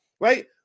right